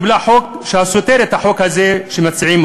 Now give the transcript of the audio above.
קיבלה חוק הסותר את החוק הזה שמציעים,